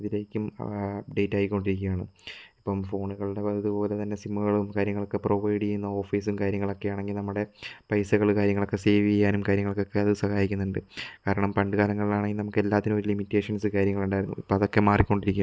ഇതിലേക്കും update ആയി കൊണ്ടിരിക്കുകയാണ് ഇപ്പോൾ ഫോണുകളുടേതു പോലെ സിമ്മുകളും കാര്യങ്ങളും ഒക്കെ പ്രൊവൈഡ് ചെയ്യുന്ന ഓഫിസും കാര്യങ്ങളും ഒക്കെ ആണെങ്കിൽ നമ്മുടെ പൈസകളും കാര്യങ്ങളും സേവ് ചെയ്യാനും കാര്യങ്ങള്ക്കൊക്കെ അത് സഹായിക്കുന്നുണ്ട് കാരണം പണ്ടുകാലങ്ങളില് നമുക്ക് എല്ലാത്തിനും ഒരു ലിമിറ്റേഷന്സ് കാര്യങ്ങള് ഉണ്ടായിരുന്നു അതൊക്കെ മാറികകൊണ്ടിരിക്കുകയാണ്